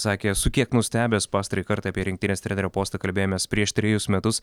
sakė esu kiek nustebęs pastarąjį kartą apie rinktinės trenerio postą kalbėjomės prieš trejus metus